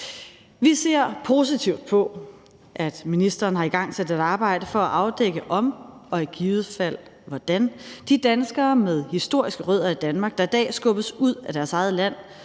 Vi ser positivt på, at ministeren har igangsat et arbejde for at afdække, om og i givet fald hvordan de danskere med historiske rødder i Danmark, der i dag skubbes ud af deres eget land,